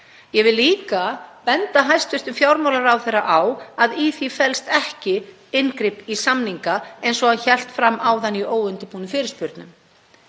Ég vil líka benda hæstv. fjármálaráðherra á að í því felst ekki inngrip í samninga eins og hann hélt fram í óundirbúnum fyrirspurnum